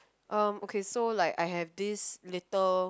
um okay so like I have this little